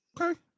okay